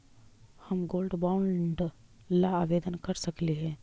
हम gold bond ला आवेदन कर सकली हे?